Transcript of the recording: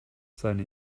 seine